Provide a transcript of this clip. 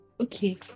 Okay